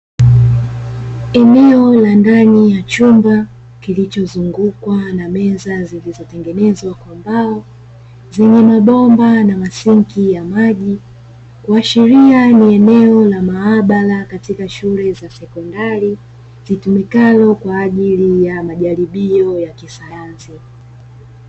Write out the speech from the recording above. Eneo la ndani ya chumba kilichozungukwa na meza zilizotengenezwa kwa mbao, zenye mabomba na masinki ya maji. Kuashiria ni eneo la maabara katika shule za sekondari, zitumikazo kwa ajili ya majaribio ya kisayansi.